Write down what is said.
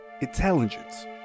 intelligence